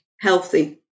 healthy